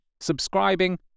subscribing